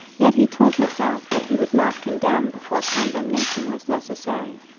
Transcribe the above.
yet he told himself that he would not condemn before condemnation was necessary.